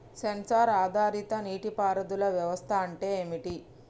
Censor ఆధారిత నీటి పారుదల వ్యవస్థ అంటే ఏమిటి?